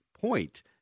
point